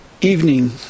evening